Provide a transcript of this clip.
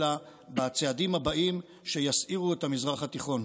אלא בצעדים הבאים שיסעירו את המזרח התיכון.